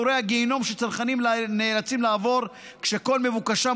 הוא יצמצם את מדורי הגיהינום שצרכנים נאלצים לעבור כשכל מבוקשם